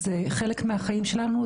זה חלק מהחיים שלנו,